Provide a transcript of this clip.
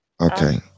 Okay